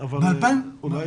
אולי